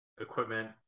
equipment